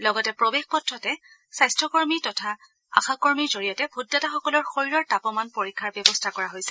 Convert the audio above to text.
লগতে প্ৰৰেশ পথতে স্বাস্থ্যকৰ্মী অথবা আশাকৰ্মীৰ জৰিয়তে ভোটদাতাসকলৰ শৰীৰৰ তাপমান পৰীক্ষাৰ ব্যৱস্থা কৰা হৈছে